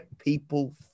people